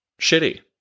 shitty